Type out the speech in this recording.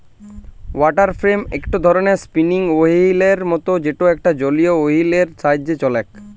water frame একটো ধরণের spinning ওহীলের মত যেটা একটা জলীয় ওহীল এর সাহায্যে চলেক